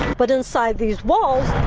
but inside these walls.